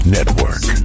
Network